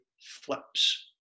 flips